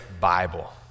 Bible